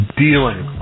dealing